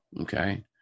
Okay